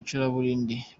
icuraburindi